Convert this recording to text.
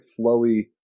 flowy